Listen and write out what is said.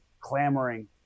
clamoring